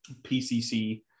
PCC